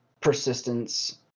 persistence